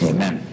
Amen